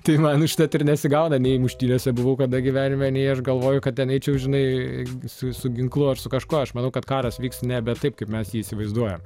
tai man užtat ir nesigauna nei muštynėse buvau kada gyvenime nei aš galvoju kad ten eičiau žinai su su ginklu ar su kažkuo aš manau kad karas vyks nebe taip kaip mes jį įsivaizduojam